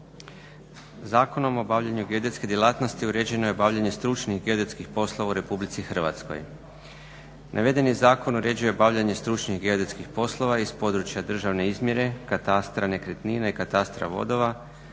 Zakonom o obavljanju geodetske djelatnosti uređeno je obavljanje stručnih geodetskih poslova u RH. Navedeni zakon uređuje obavljanje stručnih geodetskih poslova iz područja državne izmjere, katastra nekretnina i katastra vodova,